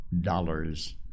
dollars